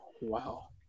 wow